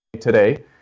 today